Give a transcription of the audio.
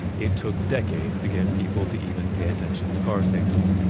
it took decades to get people to even pay attention to car safety.